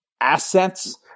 assets